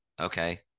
Okay